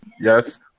yes